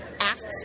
asks